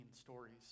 stories